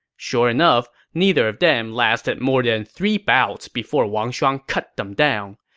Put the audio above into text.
sure enough, neither of them lasted more than three bouts before wang shuang cut them down.